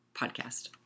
podcast